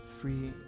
free